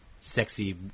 sexy